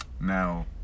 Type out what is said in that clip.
now